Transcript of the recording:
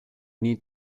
need